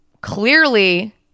clearly